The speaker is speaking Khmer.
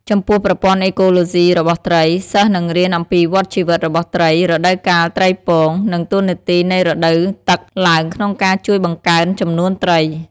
ចំពោះប្រព័ន្ធអេកូឡូសុីរបស់ត្រី សិស្សនឹងរៀនអំពីវដ្តជីវិតរបស់ត្រី រដូវកាលត្រីពង និងតួនាទីនៃរដូវទឹកឡើងក្នុងការជួយបង្កើនចំនួនត្រី។